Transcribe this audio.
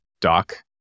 Doc